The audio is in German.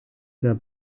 der